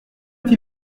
veut